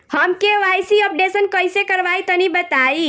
हम KYC updation कइसे करवाई तनि बताई?